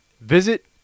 Visit